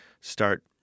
start